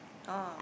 oh